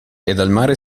mare